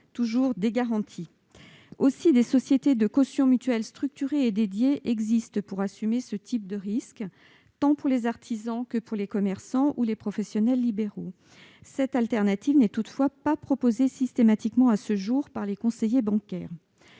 d'indépendants. Des sociétés de caution mutuelle structurées et dédiées existent pour assumer ce type de risque, tant pour les artisans que pour les commerçants ou les professionnels libéraux. Cette solution n'est toutefois pas proposée systématiquement à ce jour par les conseillers bancaires.